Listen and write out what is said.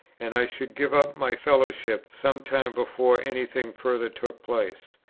and i should give up my fellowship some time before any thing further took place.